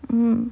mm